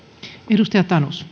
arvoisa rouva